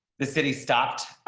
the city stopped,